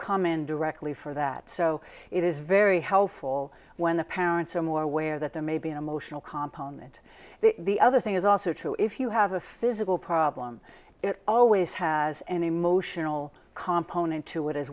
common directly for that so it is very helpful when the parents are more aware that there may be an emotional component the other thing is also true if you have a physical problem it always has an emotional component to it as